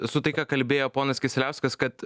su tai ką kalbėjo ponas kisieliauskas kad